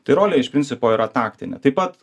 tai rolė iš principo yra taktinė taip pat